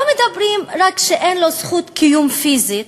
לא מדברים רק על כך שאין לו זכות קיום פיזית,